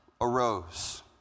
arose